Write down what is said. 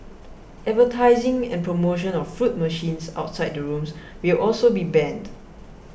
advertising and promotion of fruit machines outside the rooms will also be banned